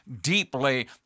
deeply